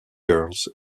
girls